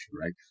right